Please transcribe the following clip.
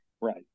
Right